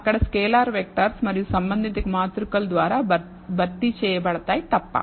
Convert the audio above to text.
అక్కడ స్కేలర్లు వెక్టర్స్ మరియు సంబంధిత మాత్రికలు ద్వారా భర్తీ చేయబడతాయి తప్ప